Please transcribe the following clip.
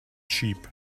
sheep